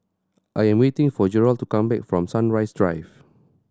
I am waiting for Jerald to come back from Sunrise Drive